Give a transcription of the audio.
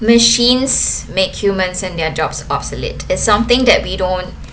machines make humans and their jobs obsolete is something that we don't